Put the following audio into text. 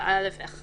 בסופו יבוא "(ח)